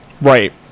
Right